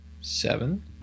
seven